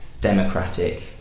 democratic